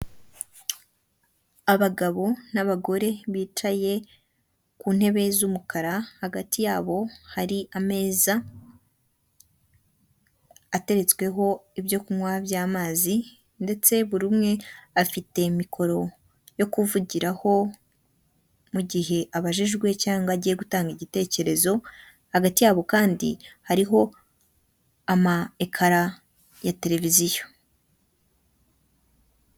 Abagabo n'abagore bicaye ku ntebe z'umukara hagati yabo hari ameza ateretsweho ibyo kunywa by'amazi, ndetse buri umwe afite mikoro yo kuvugiraho mu gihe abajijwe cyangwa agiye gutanga igitekerezo, hagati yabo kandi hariho ama ekara ya televiziyo.